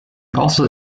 also